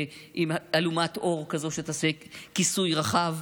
עם אלומת אור שתעשה כיסוי רחב.